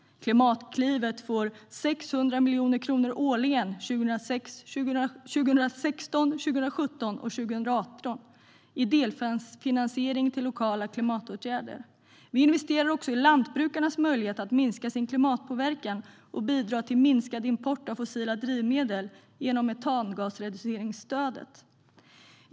Klimatklivet får 600 miljoner årligen under tiden 2016-2018 i delfinansiering till lokala klimatåtgärder. Vi investerar också i lantbrukarnas möjligheter att minska sin klimatpåverkan och bidra till minskad import av fossila drivmedel med hjälp av metangasreduceringsstödet.